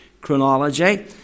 chronology